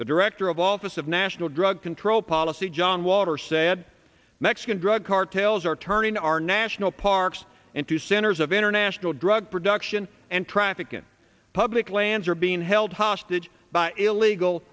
the director of office of national drug control policy john walker said mexican drug cartels are turning our national parks into centers of international drug production and traffic and public lands are being held hostage by illegal